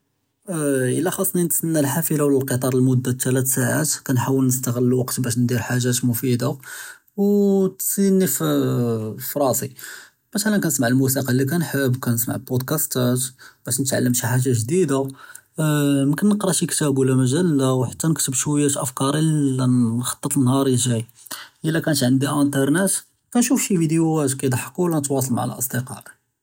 אָה אִלָּא חָ'אסְנִי נְתְסַנַּא אֶלְחָאפִלָה וְלָא אֶלְקִטָאר לְמוּדָּה תְּלָאת סָוָועַאת כַּנְחוֹול נִסְתַעְ'ל אֶלְוַקְת בָּאש נְדִיר חָאגָאת מְפִידָה אוּ תְסִינִי פְּאָה פְּרָאסִי מִתְ'לָאן כַּנְסְמַע אֶלְמוּסִיקָא לִי כַּנְחֶב וְכַּנְסְמַע אֶלְבּוֹדְּקַאסְתָאת בָּאש נְתְעַלַּם שִׁי חָאגָ'ה גְ'דִידָה אָה יִמְכֶּן נְקְרָא שִׁי כִּתָאב וְלָא מַגַ'לָּה וְחַתָּא נְכְּתֵב שְׁוִיַּה אַפְּכָּאר לְנְחַטֶּט לִנְהָארִי אֶלְגַ'אי אִלָּא כָּאנַת עַנְדִּי אַנְתֶרְנֵת כַּנְשׁוּף שִׁי פִידְיוֹהָאת כִּיְדְחְּקוּ וְלָא נִתְוָאסַל מַע אֶלְאַצְדִיקָאא.